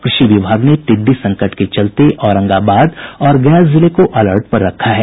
कृषि विभाग ने टिड्डी संकट के चलते औरंगाबाद और गया जिले को अलर्ट पर रखा है